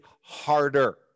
harder